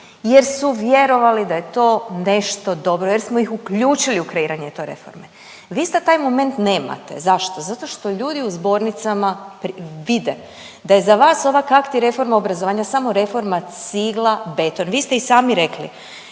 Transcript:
jer su vjerovali da je to nešto dobro, jer smo ih uključili u kreiranje te reforme. Vi sad taj moment nemate. Zašto? Zato što ljudi u zbornicama vide da je za vas ova kakti reforma obrazovanja samo reforma cigla beton. Vi ste i sami rekli